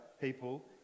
people